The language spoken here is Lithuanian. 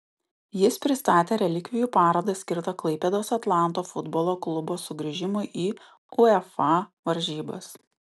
jis pristatė relikvijų parodą skirtą klaipėdos atlanto futbolo klubo sugrįžimui į uefa varžybas